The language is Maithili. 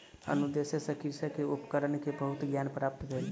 अनुदेश सॅ कृषक के उपकरण के बहुत ज्ञान प्राप्त भेल